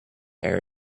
error